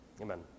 Amen